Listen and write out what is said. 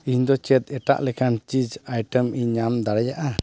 ᱤᱧ ᱫᱚ ᱪᱮᱫ ᱮᱴᱟᱜ ᱞᱮᱠᱟᱱ ᱪᱤᱡᱽ ᱟᱭᱴᱮᱢ ᱤᱧ ᱧᱟᱢ ᱫᱟᱲᱮᱭᱟᱜᱼᱟ